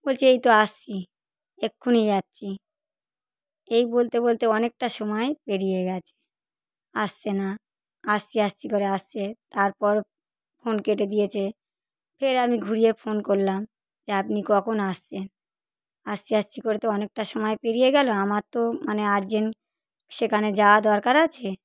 বলছে এই তো আসছি এক্ষুনি যাচ্ছি এই বলতে বলতে অনেকটা সময় পেরিয়ে গেছে আসছে না আসছি আসছি করে আসছে তারপর ফোন কেটে দিয়েছে ফের আমি ঘুরিয়ে ফোন করলাম যে আপনি কখন আসছেন আসছি আসছি করে তো অনেকটা সময় পেরিয়ে গেলো আমার তো মানে আর যেন সেখানে যাওয়া দরকার আছে